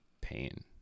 pain